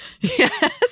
Yes